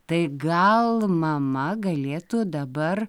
tai gal mama galėtų dabar